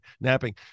napping